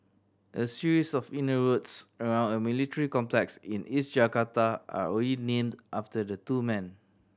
a series of inner roads around a military complex in East Jakarta are already named after the two men